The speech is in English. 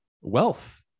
wealth